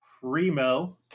Primo